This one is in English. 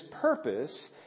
purpose